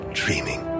dreaming